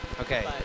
Okay